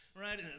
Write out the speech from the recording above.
right